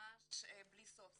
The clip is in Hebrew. ממש בלי סוף,